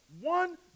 one